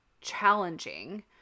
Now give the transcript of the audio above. challenging